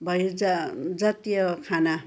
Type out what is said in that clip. भए जा जातीय खाना